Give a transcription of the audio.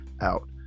out